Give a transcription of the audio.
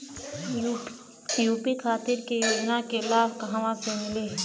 UP खातिर के योजना के लाभ कहवा से मिली?